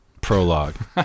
prologue